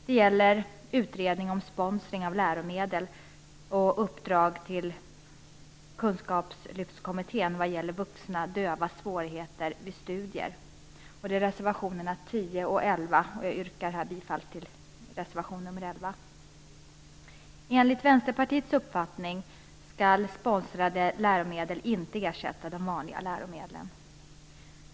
Det gäller utredning om sponsring av läromedel samt uppdrag till Kunskapslyftskommittén vad gäller vuxna dövas svårigheter vid studier. Det är reservationerna 10 och 11, och jag yrkar här bifall till reservation 11. Enligt Vänsterpartiets uppfattning skall sponsrade läromedel inte ersätta de vanliga läromedlen.